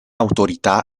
autorità